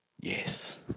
Yes